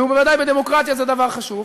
ובוודאי בדמוקרטיה זה דבר חשוב.